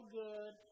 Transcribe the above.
good